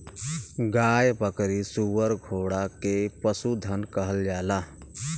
गाय बकरी सूअर घोड़ा के पसुधन कहल जाला